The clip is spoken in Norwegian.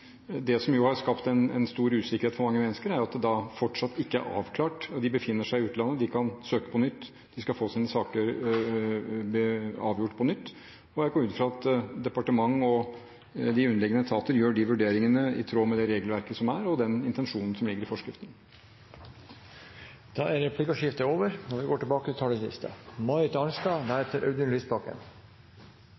Det som har skapt en stor usikkerhet for mange mennesker, er at det fortsatt ikke er avklart. De befinner seg i utlandet, de kan søke på nytt, de skal få sine saker avgjort på nytt, og jeg går ut fra at departement og de underliggende etater gjør de vurderingene i tråd med det regelverket som er, og den intensjonen som ligger i forskriften. Replikkordskiftet er over. Stortinget drøfter i dag hvorvidt en statsråd har overholdt opplysningsplikten overfor Stortinget, og